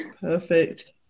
perfect